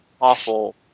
awful